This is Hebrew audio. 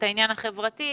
את העניין החברתי,